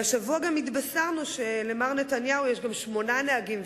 השבוע גם התבשרנו שלמר נתניהו יש שמונה נהגים,